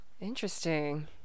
interesting